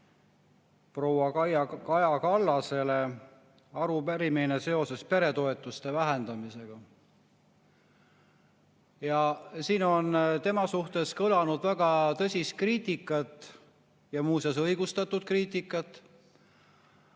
proua Kaja Kallasele, arupärimine seoses peretoetuste vähendamisega. Siin on tema suhtes kõlanud väga tõsist kriitikat, muuseas õigustatud kriitikat,